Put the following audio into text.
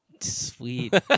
Sweet